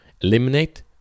Eliminate